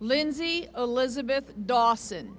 lindsay elizabeth dawson